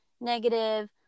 negative